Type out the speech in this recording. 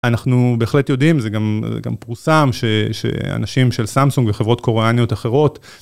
אנחנו בהחלט יודעים, זה גם... גם פורסם, ש-שאנשים של סמסונג, וחברות קוריאניות אחרות...